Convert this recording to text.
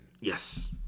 Yes